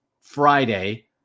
Friday